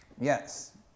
Yes